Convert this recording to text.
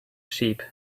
sheep